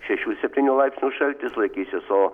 šešių septynių laipsnių šaltis laikysis o